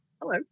Hello